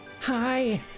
Hi